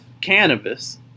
cannabis